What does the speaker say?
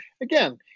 again